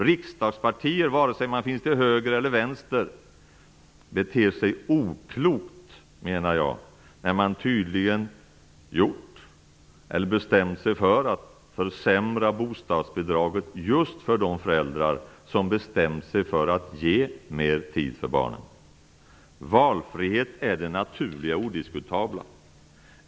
Riksdagspartier, vare sig de finns till höger eller till vänster, beter sig oklokt, menar jag, när de nu tydligen bestämt sig för att försämra bostadsbidraget just för de föräldrar som bestämt sig för att ge mer tid åt barnen. Valfrihet är det naturliga och odiskutabla.